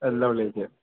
എല്ലാ വെള്ളിയാഴ്ചയോ